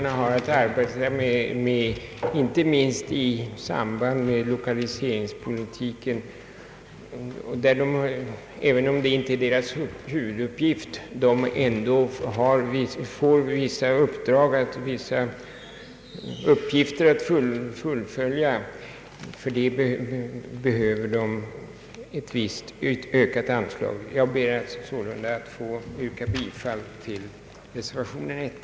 Det sistnämnda gäller särskilt för vissa län där företagareföreningarna vid sidan av sina huvuduppgifter också har andra problem, inte minst lokaliseringspolitiska, att ägna sig åt. Jag ber sålunda, herr talman, att få yrka bifall till reservation nr 1.